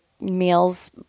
meals